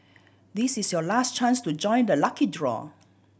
this is your last chance to join the lucky draw